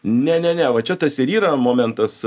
ne ne ne va čia tas ir yra momentas